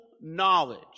knowledge